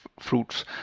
fruits